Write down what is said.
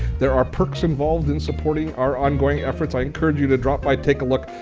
there are perks involved in supporting our ongoing efforts. i encourage you to drop by, take a look,